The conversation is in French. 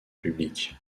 public